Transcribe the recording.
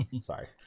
Sorry